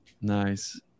Nice